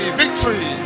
victory